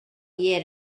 yet